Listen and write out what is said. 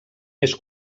més